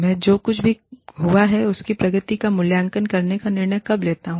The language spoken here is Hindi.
मैं जो कुछ भी हुआ है उसकी प्रगति का मूल्यांकन करने का निर्णय कब लेता हूँ